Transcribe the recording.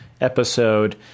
episode